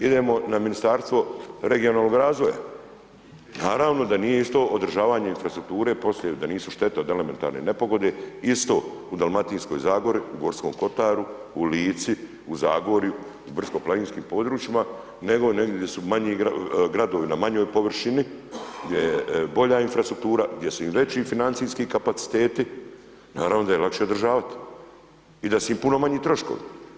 Idemo na Ministarstvo regionalnog razvoja, naravno da nije isto održavanje infrastrukture poslije, da nisu štete od elementarne nepogode isto u dalmatinskoj zagori, u Gorskom kotaru, u Lici, u Zagorju i brdsko-planinskim područjima nego negdje di su manji gradovi na manjoj površini gdje je bolja infrastruktura, gdje su im veći financijski kapaciteti, naravno da je lakše održavati i da su im puno manji troškovi.